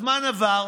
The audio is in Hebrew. הזמן עבר,